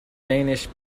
danish